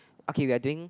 okay we are doing